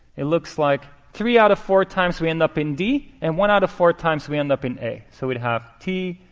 it looks like three out of four times we end up in d, and one out of four times we end up in a. so we'd have t,